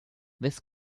this